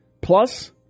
Plus